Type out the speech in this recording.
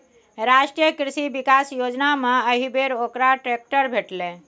राष्ट्रीय कृषि विकास योजनामे एहिबेर ओकरा ट्रैक्टर भेटलै